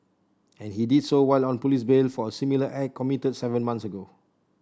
and he did so while on police bail for a similar act committed seven month ago